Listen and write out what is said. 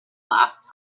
last